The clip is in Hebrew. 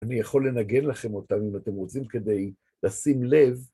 אני יכול לנגן לכם אותם אם אתם רוצים כדי לשים לב.